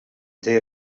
they